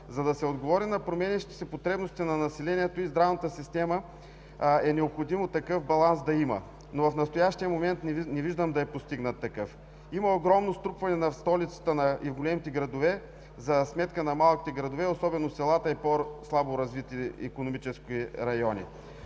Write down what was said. За да се отговори на променящите се потребности на населението и здравната система, е необходимо да има баланс, но в настоящия момент не виждам да е постигнат такъв. Има огромно струпване в столицата и големите градове за сметка на малките градове, особено в селата и в по-слабо развитите икономически райони.